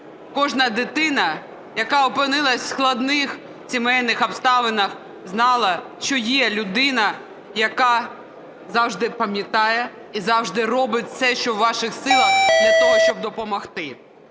кожна дитина, яка опинилася в складних сімейних обставинах, знала, що є людина, яка завжди пам'ятає і завжди робить все, що у ваших силах, для того, щоб допомогти.